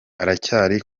aracyari